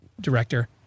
director